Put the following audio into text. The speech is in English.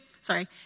sorry